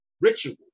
ritual